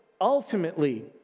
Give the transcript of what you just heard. ultimately